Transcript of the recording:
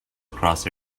across